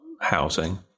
housing